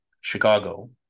Chicago